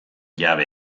jabe